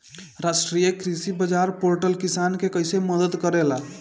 राष्ट्रीय कृषि बाजार पोर्टल किसान के कइसे मदद करेला?